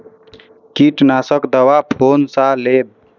कीट नाशक दवाई कोन सा लेब?